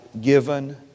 given